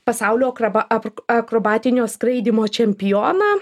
pasaulio akraba apr akrobatinio skraidymo čempioną